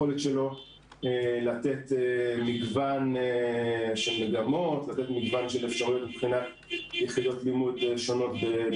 היכולת לפצל כיתות לכיתות קטנות יותר שיילמדו פחות שעות.